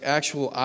actual